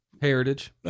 heritage